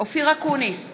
אופיר אקוניס,